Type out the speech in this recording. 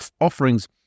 offerings